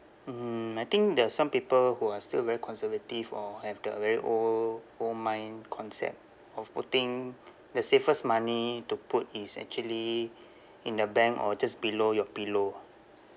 mmhmm I think there are some people who are still very conservative or have the very old old mind concept of putting the safest money to put is actually in the bank or just below your pillow